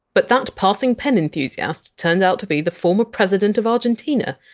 but that passing pen enthusiast turned out to be the former president of argentina,